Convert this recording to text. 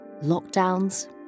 lockdowns